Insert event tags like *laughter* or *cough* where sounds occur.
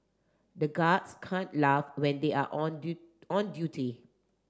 the guards can't laugh when they are on *unintelligible* on duty